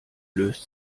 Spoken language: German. löst